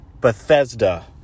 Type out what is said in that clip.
Bethesda